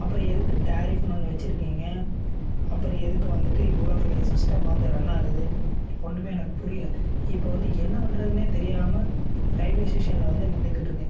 அப்பறம் எதுக்கு டேரிஃப்னு ஒன்று வச்சிருக்கீங்க அப்பறம் எதுக்கு வந்துட்டு இவ்வளோ பெரிய சிஸ்டம் வந்து ரன் ஆகுது ஒன்றுமே எனக்கு புரியலை இப்போ வந்து என்ன பண்றதுனே தெரியாமல் ரயில்வே ஸ்டேஷனில் வந்து நின்றுகிட்டு இருக்கேன்